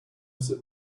sit